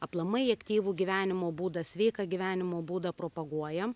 aplamai aktyvų gyvenimo būdą sveiką gyvenimo būdą propaguojam